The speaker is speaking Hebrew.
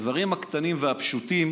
בדברים הקטנים והפשוטים